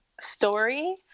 story